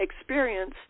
experience